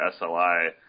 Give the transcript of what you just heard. SLI